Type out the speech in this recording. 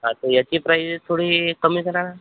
हा तर ह्याची प्राइस थोडी कमी करा ना